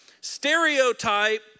Stereotype